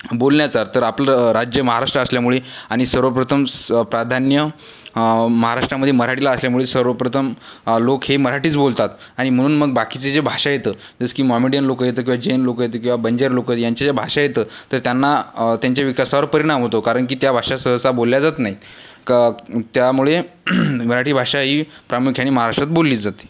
बोलण्याचा तर आपलं राज्य महाराष्ट्र असल्यामुळे आणि सर्वप्रथम स प्राधान्य महाराष्ट्रामध्ये मराठीला असल्यामुळे सर्वप्रथम लोक हे मराठीच बोलतात आणि म्हणून मग बाकीचे जे भाषा आहेत जसं की मॉमेडियन लोकं आहेत किंवा जैन लोकं आहेत किंवा बंजारी लोकं यांच्या ज्या भाषा आहेत तर त्यांना त्यांच्या विकासावर परिणाम होतो कारण की त्या भाषा सहसा बोलल्या जात नाहीत क त्यामुळे मराठी भाषा ही प्रामुख्याने महाराष्ट्रात बोलली जाते